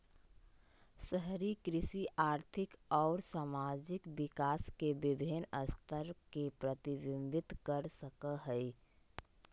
शहरी कृषि आर्थिक अउर सामाजिक विकास के विविन्न स्तर के प्रतिविंबित कर सक हई